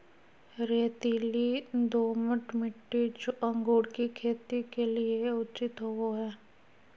रेतीली, दोमट मिट्टी, जो अंगूर की खेती के लिए उचित होवो हइ